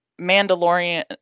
Mandalorian